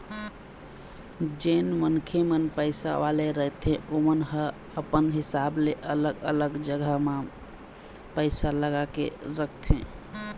जेन मनखे मन पइसा वाले रहिथे ओमन ह अपन हिसाब ले अलग अलग जघा मन म पइसा लगा के रखथे